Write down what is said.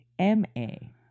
M-A